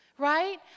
Right